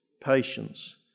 patience